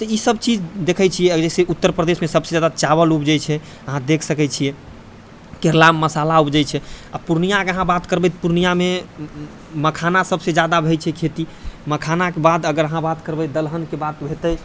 तऽ ई सब चीज देखै छियै जैसे उत्तर प्रदेशमे सभसँ जादा चावल उपजै छै अहाँ देख सकै छियै केरलामे मसाला उपजै छै आओर पूर्णियाके अहाँ बात करबै तऽ पूर्णियामे मखाना सभसँ जादा होइ छै खेती मखानाके बाद अगर अहाँ बात करबै दलहनके बात हेतै